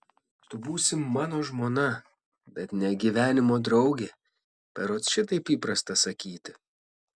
tu būsi mano žmona bet ne gyvenimo draugė berods šitaip įprasta sakyti